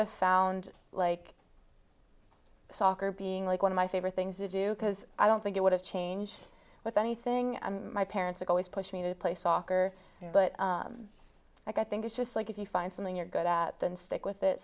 have found like soccer being like one of my favorite things to do because i don't think it would have changed with anything my parents had always pushed me to play soccer but i think it's just like if you find something you're good at then stick with it